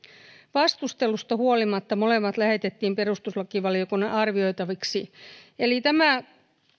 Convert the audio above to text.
vastusteluista huolimatta molemmat lähetettiin perustuslakivaliokunnan arvioitaviksi eli tämä